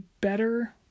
better